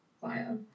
fire